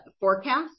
forecast